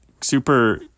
Super